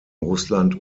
russland